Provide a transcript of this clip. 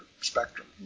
spectrum